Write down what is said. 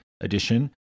edition